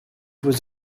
was